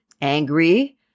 angry